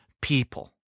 people